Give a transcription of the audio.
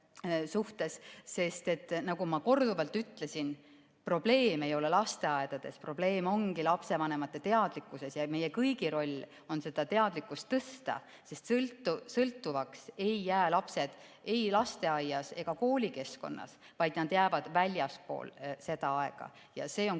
sest nagu ma korduvalt ütlesin, probleem ei ole lasteaedades, probleem ongi lapsevanemate teadlikkuses. Ja meie kõigi roll on seda teadlikkust tõsta, sest sõltuvaks ei jää lapsed ei lasteaias ega koolikeskkonnas, vaid väljaspool seda aega. See on